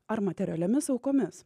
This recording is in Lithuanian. ar materialiomis aukomis